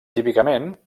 típicament